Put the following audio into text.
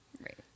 Right